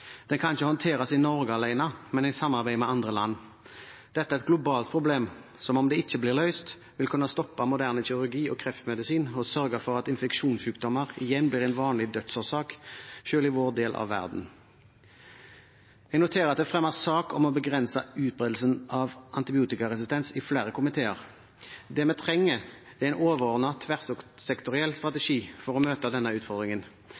kan ikke håndteres i Norge alene, men i samarbeid med andre land. Dette er et globalt problem som – om det ikke blir løst – vil kunne stoppe moderne kirurgi og kreftmedisin og sørge for at infeksjonssykdommer igjen blir en vanlig dødsårsak, selv i vår del av verden. Vi noterer oss at det er fremmet sak om å begrense utbredelsen av antibiotikaresistens i flere komiteer. Det vi trenger, er en overordnet tverrsektoriell strategi for å møte denne utfordringen.